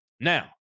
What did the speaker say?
Now